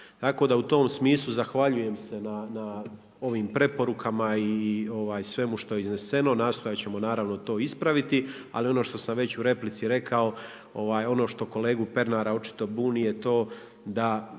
Tako da u tom smislu zahvaljujem se na ovim preporukama i svemu što je izneseno. Nastojat ćemo naravno to ispraviti, ali ono što sam već u replici rekao, ono što kolegu Pernara očito buni je to da